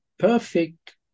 perfect